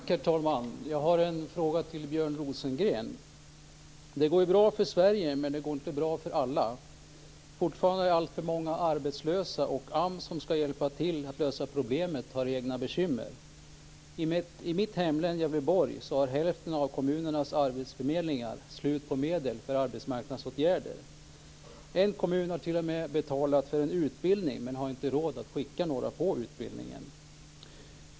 Herr talman! Jag har en fråga till Björn Rosengren. Det går bra för Sverige, men det går inte bra för alla. Fortfarande är alltför många arbetslösa, och AMS som ska hjälpa till att lösa problemet har egna bekymmer. I mitt hemlän Gävleborg har hälften av kommunernas arbetsförmedlingar slut på medel för arbetsmarknadsåtgärder. En kommun har t.o.m. betalat för en utbildning, men har inte råd att skicka några till denna.